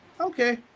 Okay